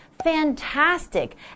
Fantastic